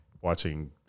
Watching